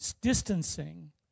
distancing